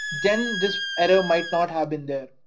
then this error might not happen there.